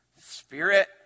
spirit